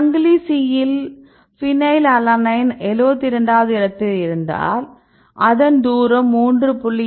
சங்கிலி C யில் phenylalanine 72 ஆவது இடத்தில் இருந்தால் அதன் தூரம் 3